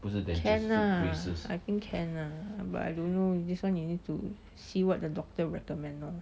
can ah I think can lah but I don't know this one you need to see what the doctor recommend lor